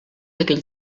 aquell